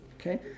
Okay